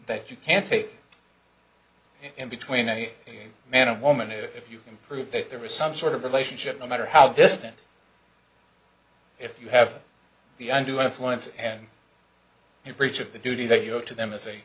that you can't take in between a man and woman if you can prove that there is some sort of relationship no matter how distant if you have the unto influence and you breach of the duty that you go to them as a